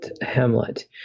Hamlet